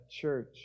church